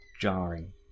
jarring